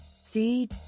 See